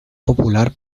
popular